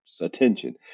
attention